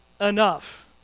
enough